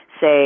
say